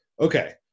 Okay